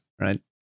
right